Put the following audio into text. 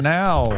now